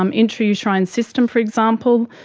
um intrauterine and system, for example,